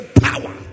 power